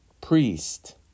priest